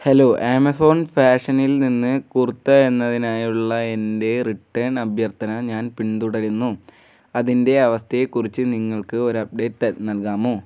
hello Amazon ഫാഷനിൽ നിന്ന് കുർത്ത എന്നതിനായുള്ള എൻ്റെ റിട്ടേൺ അഭ്യർത്ഥന ഞാൻ പിന്തുടരുന്നു അതിൻ്റെ അവസ്ഥയെക്കുറിച്ച് നിങ്ങൾക്ക് ഒരു അപ്ഡേറ്റ് ത നൽകാമോ